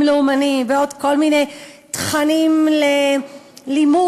לאומניים ובעוד כל מיני תכנים ללימוד,